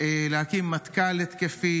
מטכ"ל התקפי,